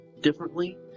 differently